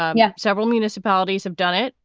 um yeah several municipalities have done it.